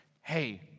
hey